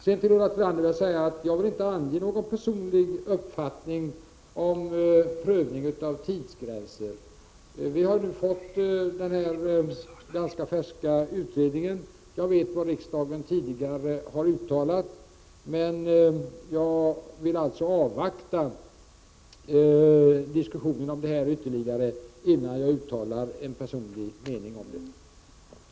Jag kan säga till Ulla Tillander att jag inte vill avge någon personlig uppfattning om en prövning av tidsgränser. Vi har nu fått den ganska färska utredningen, och jag vet vad riksdagen tidigare har uttalat, men jag vill alltså avvakta diskussionen ytterligare innan jag uttalar en personlig mening.